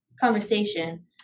conversation